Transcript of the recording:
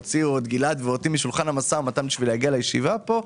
הוציאו את גלעד ואותי משולחן המשא ומתן בשביל להגיע לישיבה פה.